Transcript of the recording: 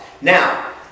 Now